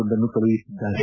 ಒಂದನ್ನು ಕಳುಹಿಸಿದ್ದಾರೆ